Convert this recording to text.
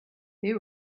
they